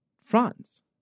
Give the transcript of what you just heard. France